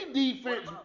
defense